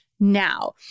now